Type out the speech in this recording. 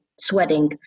sweating